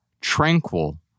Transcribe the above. tranquil